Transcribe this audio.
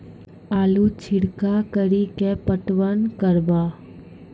आलू छिरका कड़ी के पटवन करवा?